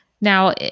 Now